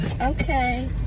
Okay